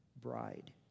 bride